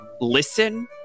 listen